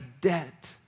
debt